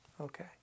Okay